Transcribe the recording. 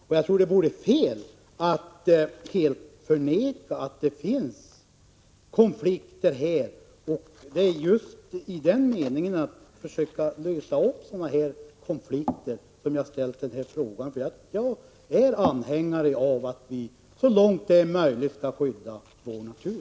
Jag tror att det vore fel att helt förneka att det här har förekommit konflikter, och det är i avsikt att försöka lösa sådana konflikter som jag har ställt denna fråga. Jag är anhängare av att vi så långt det är möjligt skall skydda vår natur.